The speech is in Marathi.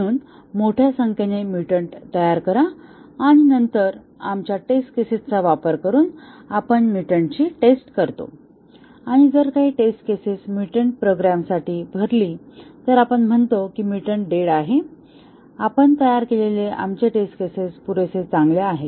म्हणून मोठ्या संख्येने म्युटंट तयार करा आणि नंतर आमच्या टेस्ट केसेसचा वापर करून आपण म्युटंटची टेस्ट करतो आणि जर काही टेस्ट केसेस मुटेंड प्रोग्रॅमासाठी भरली तर आपण म्हणतो की म्युटंट डेड आहे आपण तयार केलेले आमचे टेस्ट केसेस पुरेसे चांगले आहेत